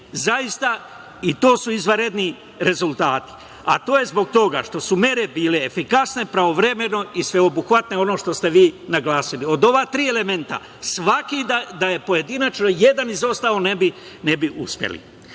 Zaista, i to su izvanredni rezultati, a to je zbog toga što su mere bile efikasne, pravovremeno i sveobuhvatne sve ono što ste vi naglasili. Od ova tri elementa svaki da je pojedinačno jedan izostao ne bi uspeli.I,